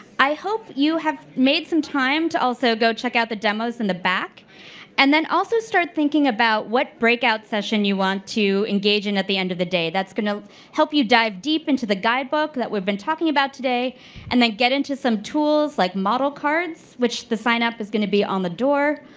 i hope you have made some time to also go check out the demos in the back and then also start thinking about what breakout session you want to engage in at the end of the day. that's going to help you dive deep into the guidebook that we've been talking about today and then get into some tools, like model cards, which the sign-up is going to be on the door.